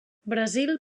brasil